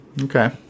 Okay